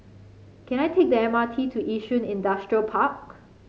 can I take the M R T to Yishun Industrial Park